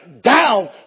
down